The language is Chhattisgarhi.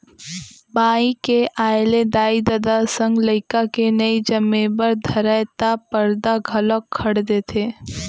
बाई के आय ले दाई ददा संग लइका के नइ जमे बर धरय त परदा घलौक खंड़ देथे